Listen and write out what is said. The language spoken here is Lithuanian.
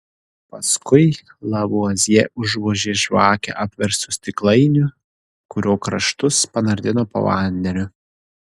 paskui lavuazjė užvožė žvakę apverstu stiklainiu kurio kraštus panardino po vandeniu